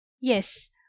Yes